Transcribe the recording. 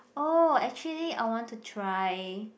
orh actually I want to try